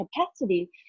capacity